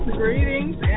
greetings